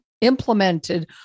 implemented